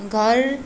घर